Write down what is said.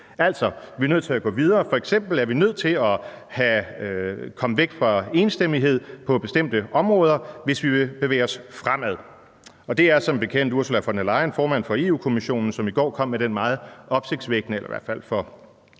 Altså: Vi er nødt til at gå videre. F.eks. er vi nødt til at komme væk fra enstemmighed på bestemte områder, hvis vi vil bevæge os fremad. Det var som bekendt Ursula von der Leyen, formanden for Europa-Kommissionen, som i går kom med den meget opsigtsvækkende eller for